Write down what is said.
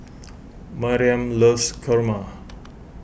Mariam loves kurma